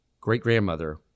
great-grandmother